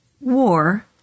war